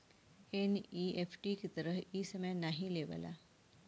NEFT की तरह इ समय नाहीं लेवला